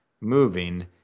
moving